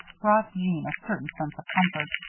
brought jeanne a certain sense of comfort.